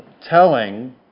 telling